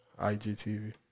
IGTV